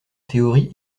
théories